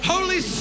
Holy